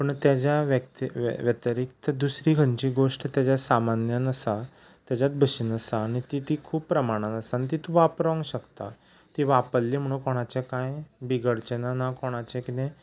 पूण ताज्या व्यक्ती व्यतिरिक्त दुसरी खंयचीय गोश्ट ताज्या सामान्यान आसा ताज्याच भशेन आसा आनी ती ती खूब प्रमाणान आसा आनी ती तूं वापरूंक शकता ती वापरली म्हणोन कोणाचें कांय बिगडचें ना ना कोणाचें किदें